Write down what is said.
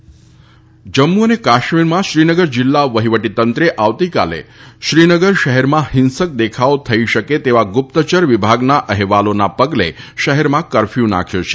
Srinagar curfew Jammu અને કાશ્મીરમાં શ્રીનગર જિલ્લા વહીવટી તંત્રે આવતીકાલે શ્રીનગર શહેરમાં હિંસક દેખાવો થઈ શકે તેવા ગુપ્તચર વિભાગના અહેવાલોના પગલે શહેરમાં કરફયુ નાખ્યો છે